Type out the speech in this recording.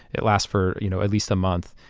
it lasts for you know at least a month.